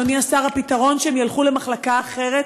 אדוני השר: הפתרון שהם ילכו למחלקה אחרת